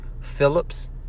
Phillips